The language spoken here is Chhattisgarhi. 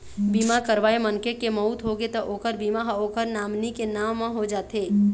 बीमा करवाए मनखे के मउत होगे त ओखर बीमा ह ओखर नामनी के नांव म हो जाथे